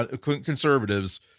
conservatives